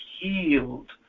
healed